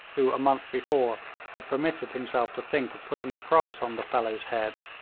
who a month before had permitted himself to think of putting a price on the fellow's head,